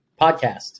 podcast